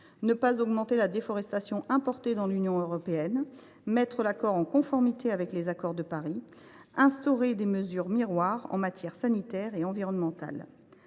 issus de la déforestation dans l’Union européenne ; mettre l’accord en conformité avec l’accord de Paris ; instaurer des mesures miroirs en matière sanitaire et environnementale.